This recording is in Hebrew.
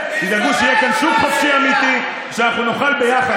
תדאגו שיהיה כאן שוק חופשי אמיתי ושאנחנו נוכל ביחד,